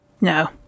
No